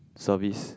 service